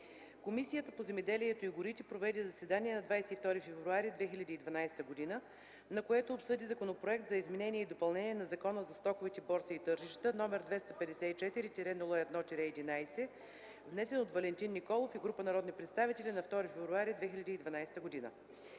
Комисията по земеделието и горите проведе заседание на 22 февруари 2012 г., на което обсъди Законопроект за изменение и допълнение на Закона за стоковите борси и тържища, № 254-01-11, внесен от Валентин Николов и група народни представители на 2 февруари 2012 г.